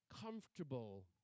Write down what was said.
comfortable